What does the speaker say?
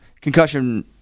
concussion